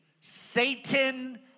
Satan